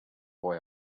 boy